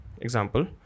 example